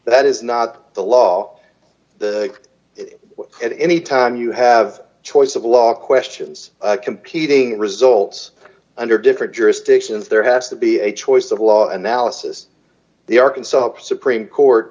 that is not the law at any time you have a choice of law questions competing results under different jurisdictions there has to be a choice of law d analysis the arkansas supreme